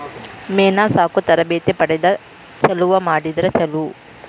ಮೇನಾ ಸಾಕು ತರಬೇತಿ ಪಡದ ಚಲುವ ಮಾಡಿದ್ರ ಚುಲೊ